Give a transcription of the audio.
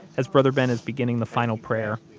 as brother ben is beginning the final prayer,